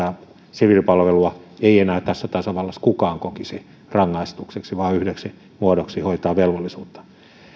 siviilipalvelua ei enää tässä tasavallassa kukaan kokisi rangaistukseksi vaan yhdeksi muodoksi hoitaa velvollisuuttaan